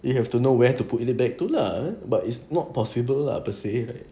you have to know where to put it back to lah but it's not possible lah per se